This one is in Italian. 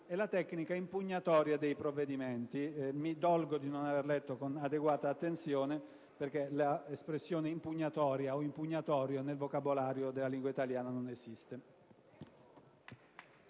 la tecnica impugnatoria dei provvedimenti». Mi dolgo di non aver letto con adeguata attenzione, perché il termine «impugnatoria» nel vocabolario della lingua italiana non esiste.